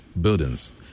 buildings